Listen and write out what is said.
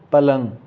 पलंग